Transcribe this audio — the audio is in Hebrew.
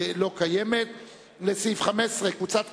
קבוצת קדימה,